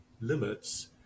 limits